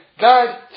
God